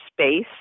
space